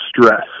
stress